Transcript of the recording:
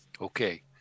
Okay